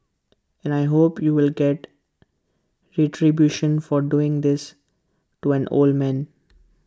and I hope you will get retribution for doing this to an old man